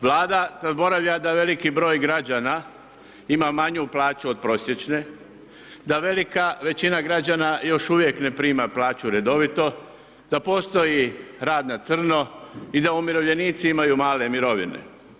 Vlada zaboravlja da veliki broj građana ima manju plaću od prosječne, da velika većina građana još uvijek ne prima plaću redovito, da postoji rad na crno i da umirovljenici imaju male mirovine.